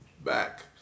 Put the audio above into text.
back